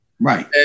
Right